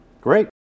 Great